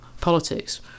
politics